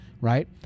right